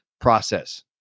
process